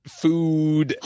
food